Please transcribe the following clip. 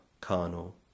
carnal